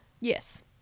Yes